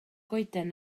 goeden